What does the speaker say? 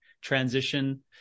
transition